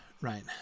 right